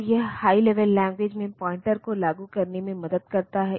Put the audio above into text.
तो यह high level language में पॉइंटर को लागू करने में मदद करता है